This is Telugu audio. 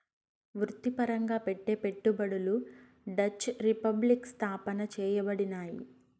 వృత్తిపరంగా పెట్టే పెట్టుబడులు డచ్ రిపబ్లిక్ స్థాపన చేయబడినాయి